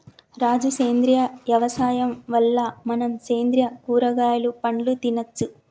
రాజు సేంద్రియ యవసాయం వల్ల మనం సేంద్రియ కూరగాయలు పండ్లు తినచ్చు